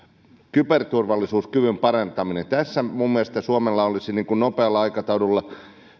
kyberturvallisuuskyvyn parantaminen tässä minun mielestäni suomella olisi nopealla aikataululla